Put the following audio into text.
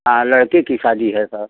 हाँ लड़के की सादी है सर